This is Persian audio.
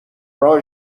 راه